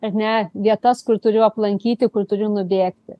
ar ne vietas kur turiu aplankyti kur turi nubėgti